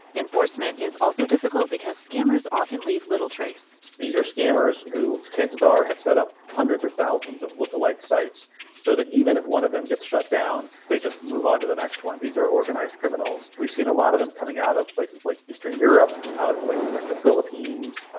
enforcement is also difficult because scammers often leave little trace. these are scammers who, chances are, have set up hundreds or thousands of look alike sites so that even if one of them gets shut down, they just move on to the next one. these are organized criminals. we've seen a lot of them coming out of places like eastern europe, out of places like the philippines,